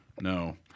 No